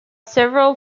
several